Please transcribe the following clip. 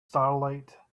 starlight